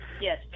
Yes